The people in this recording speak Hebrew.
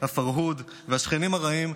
הפרהוד והשכנים הרעים,